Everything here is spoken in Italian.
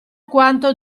quanto